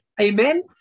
Amen